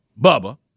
Bubba